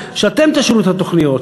אתם תאשרו את התוכניות,